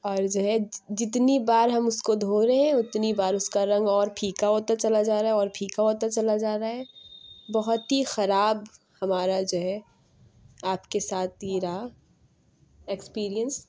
اور جو ہے جتنی بار ہم اس کو دھو رہے ہیں اتنی بار اس کا رنگ اور پھیکا ہوتا چلا جا رہا ہے اور پھیکا ہوتا چلا جا رہا ہے بہت ہی خراب ہمارا جو ہے آپ کے ساتھ یہ رہا ایکسپیرئنس